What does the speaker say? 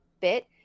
bit